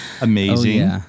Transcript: Amazing